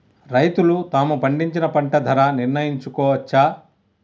రైతులు తాము పండించిన పంట ధర నిర్ణయించుకోవచ్చా?